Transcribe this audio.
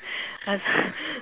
ah so